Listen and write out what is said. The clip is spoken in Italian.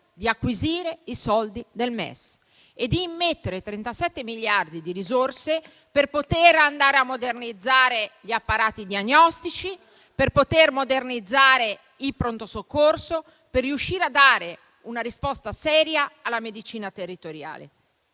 di acquisire i soldi del MES e di immettere 37 miliardi di risorse per poter modernizzare gli apparati diagnostici e i pronto soccorso, al fine di dare una risposta seria alla medicina territoriale.